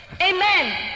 Amen